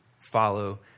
follow